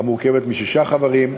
שבה שישה חברים,